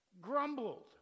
grumbled